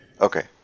Okay